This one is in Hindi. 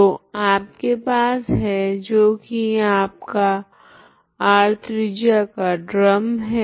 तो आपके पास है जो की आपका R त्रिज्या का ड्रम है